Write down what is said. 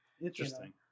interesting